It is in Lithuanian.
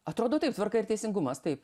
atrodo taip tvarka ir teisingumas taip